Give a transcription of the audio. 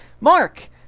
Mark